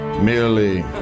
merely